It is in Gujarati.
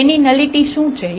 A ની નલિટી શું છે